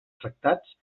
tractats